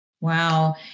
Wow